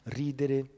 ridere